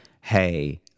hey